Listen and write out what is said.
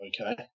Okay